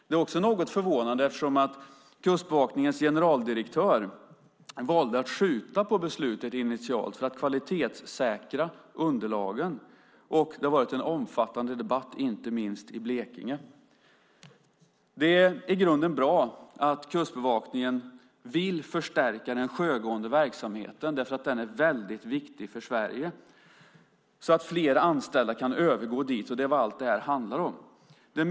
Det är också något förvånande eftersom Kustbevakningens generaldirektör initialt valde att skjuta på beslutet för att kvalitetssäkra underlagen och det har varit en omfattande debatt, inte minst i Blekinge. Det är i grunden bra att Kustbevakningen vill förstärka den sjögående verksamheten, därför att den är väldigt viktig för Sverige, så att flera anställda kan övergå dit. Det är vad allt det här handlar om.